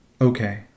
Okay